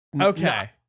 Okay